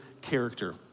character